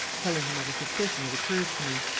telling him of a suspicion that occurs to me.